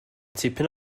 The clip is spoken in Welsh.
tipyn